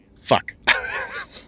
fuck